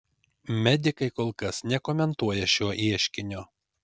medikai kol kas nekomentuoja šio ieškinio